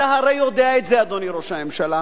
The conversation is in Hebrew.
אתה הרי יודע את זה, אדוני ראש הממשלה,